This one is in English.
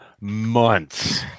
months